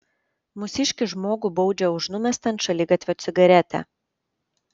mūsiškį žmogų baudžia už numestą ant šaligatvio cigaretę